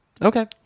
Okay